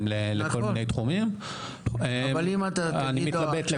אולי לא בקצב שהיינו רוצים; אולי לא בעמידה